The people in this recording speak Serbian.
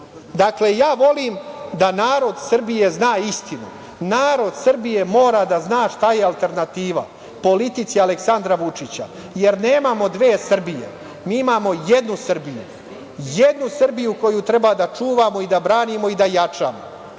Srbije. Dakle, ja volim da narod Srbije zna istinu. Narod Srbije mora da zna šta je alternativa politici Aleksandra Vučića, jer nemamo dve Srbije. Imamo jednu Srbiju, jednu Srbiju koju treba da čuvamo i da branimo i da jačamo.